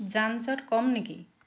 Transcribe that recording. যানজঁট কম নেকি